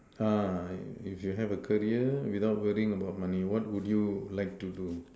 if you have a career without worrying about money what will you like to do